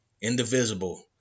indivisible